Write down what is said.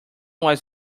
was